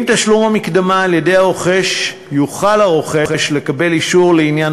עם תשלום המקדמה על-ידי הרוכש הוא יוכל לקבל אישור לעניין